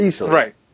right